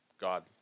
God